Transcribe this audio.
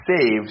saved